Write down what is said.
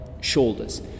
shoulders